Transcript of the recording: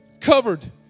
covered